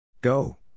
Go